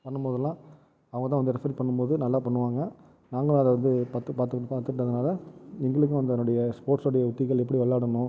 பண்ணும்போதுலாம் அவங்கதான் வந்து ரெஃப்ரி பண்ணும்போது நல்லா பண்ணுவாங்கள் நாங்களும் அதை வந்து பார்த்து பார்த்து பார்த்துட்டதனால எங்களுக்கும் அதனுடைய அந்த ஸ்போர்ட்ஸ்ஸோடைய எத்திக்கல் எப்படி விளையாடணும்